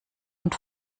und